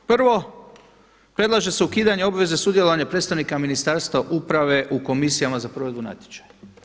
Prvo, predlaže se ukidanje obveze sudjelovanja predstavnika Ministarstva uprave u komisijama za provedbu natječaja.